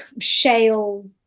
shale